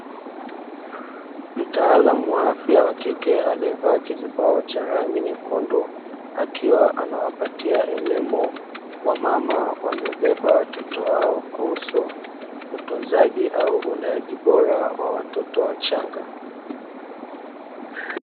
Mtaalamu wa afya wa kike aliyevaa kizibao cha rangi nyekundu, akiwa anawapatia elimu, wamama waliobeba watoto wao, kuhusu utunzaji au uleaji bora wa watoto wachanga.